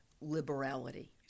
liberality